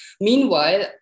meanwhile